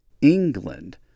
England